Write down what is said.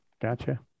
gotcha